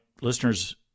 listeners